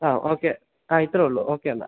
ആ ഓക്കെ ആ ഇത്രയെയുള്ളൂ ഓക്കെ എന്നാല്